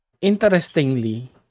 Interestingly